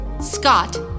Scott